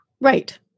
right